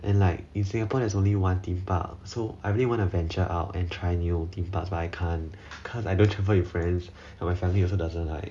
and like in singapore there is only one theme park so I really want to venture out and try new theme parks but I can't cause I don't travel with friends and my family also doesn't like